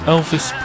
Elvis